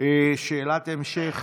שאלת המשך.